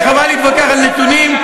וחבל להתווכח על נתונים,